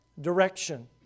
direction